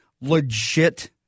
legit